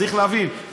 צריך להבין,